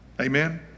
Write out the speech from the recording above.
Amen